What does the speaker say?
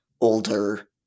older